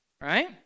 right